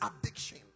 addiction